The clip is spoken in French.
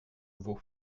vos